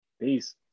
peace